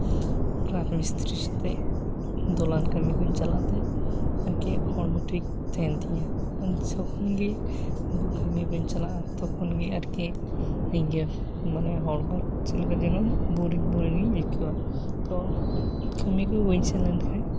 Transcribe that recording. ᱨᱟᱡᱽ ᱢᱤᱥᱛᱨᱤ ᱥᱟᱛᱮᱜ ᱫᱚᱞᱟᱱ ᱠᱟᱹᱢᱤ ᱠᱩᱧ ᱪᱟᱞᱟᱜ ᱛᱮ ᱟᱨᱠᱤ ᱦᱚᱲᱢᱚ ᱴᱷᱤᱠ ᱛᱟᱦᱮᱱ ᱛᱤᱧᱟᱹ ᱟᱨ ᱡᱚᱠᱷᱚᱱ ᱜᱮ ᱠᱟᱹᱢᱤ ᱵᱟᱹᱧ ᱪᱟᱞᱟᱜᱼᱟ ᱛᱚᱠᱷᱚᱱ ᱜᱮ ᱟᱨᱠᱤ ᱤᱧ ᱜᱮ ᱢᱟᱱᱮ ᱦᱚᱲᱢᱚ ᱪᱮᱫ ᱞᱮᱠᱟ ᱡᱮᱱᱚ ᱵᱳᱨᱤᱝ ᱵᱳᱨᱤᱝᱤᱧ ᱟᱹᱭᱠᱟᱹᱣᱟ ᱛᱚ ᱠᱟᱹᱢᱤ ᱠᱚ ᱵᱟᱹᱧ ᱥᱮᱱ ᱞᱮᱱᱠᱷᱟᱱ